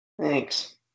Thanks